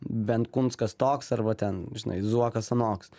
benkunskas toks arba ten žinai zuokas anoks